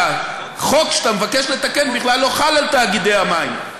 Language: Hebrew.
והחוק שאתה מבקש לתקן בכלל לא חל על תאגידי המים.